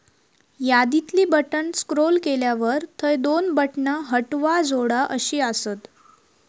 यादीतली बटण स्क्रोल केल्यावर थंय दोन बटणा हटवा, जोडा अशी आसत